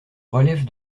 relève